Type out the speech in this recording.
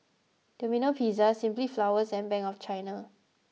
Domino Pizza Simply Flowers and Bank of China